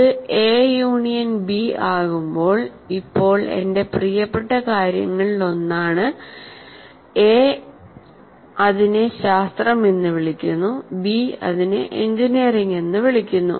ഇത് A union B ആകുമ്പോൾ ഇപ്പോൾ എന്റെ പ്രിയപ്പെട്ട കാര്യങ്ങളിലൊന്നാണ് എ അതിനെ ശാസ്ത്രം എന്ന് വിളിക്കുന്നു ബി അതിനെ എഞ്ചിനീയറിംഗ് എന്ന് വിളിക്കുന്നു